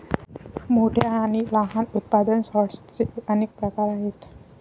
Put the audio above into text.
मोठ्या आणि लहान उत्पादन सॉर्टर्सचे अनेक प्रकार आहेत